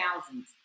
thousands